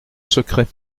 secret